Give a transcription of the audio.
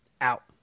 out